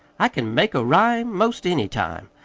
i can make a rhyme most any time.